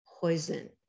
poison